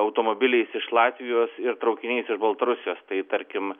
automobiliais iš latvijos ir traukiniais iš baltarusijos tai tarkim